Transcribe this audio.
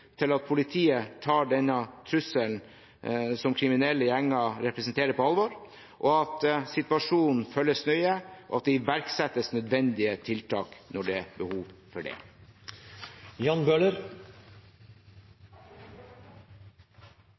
til at politiet tar denne trusselen som kriminelle gjenger representerer, på alvor, at situasjonen følges nøye, og at det iverksettes nødvendige tiltak når det er behov for